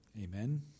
Amen